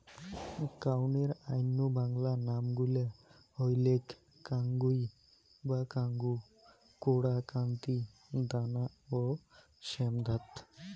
কাউনের অইন্য বাংলা নাম গুলা হইলেক কাঙ্গুই বা কাঙ্গু, কোরা, কান্তি, দানা ও শ্যামধাত